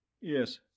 Yes